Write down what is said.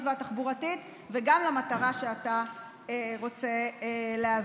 והתחבורתית וגם למטרה שאתה רוצה להביא.